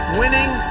winning